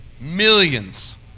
Millions